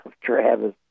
travis